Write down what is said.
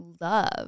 love